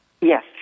Yes